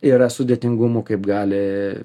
yra sudėtingumų kaip gali